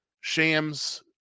shams